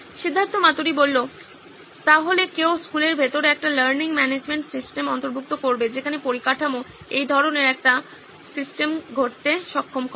সিদ্ধার্থ মাতুরি সুতরাং কেউ স্কুলের ভিতরে একটি লার্নিং ম্যানেজমেন্ট সিস্টেম অন্তর্ভুক্ত করবে যেখানে পরিকাঠামো এই ধরনের একটি সিস্টেম ঘটতে সক্ষম করে